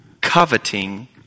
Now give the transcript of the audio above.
coveting